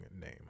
name